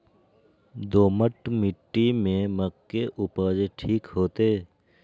दोमट मिट्टी में मक्के उपज ठीक होते?